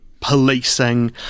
policing